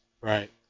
Right